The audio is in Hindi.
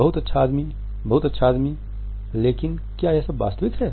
बहुत अच्छा आदमी बहुत अच्छा आदमी है लेकिन क्या यह सब वास्तविक है